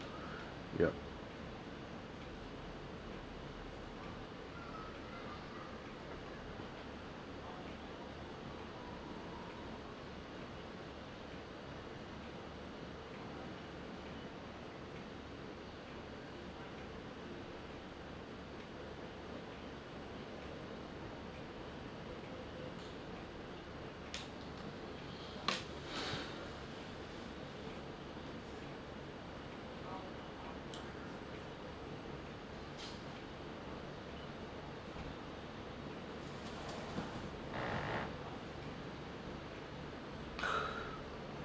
yup